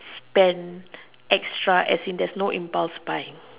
spend extra as in there's no impulse buying